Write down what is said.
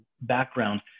background